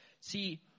See